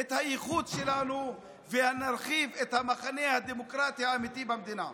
את הייחוד שלנו ונרחיב את המחנה הדמוקרטי האמיתי במדינה.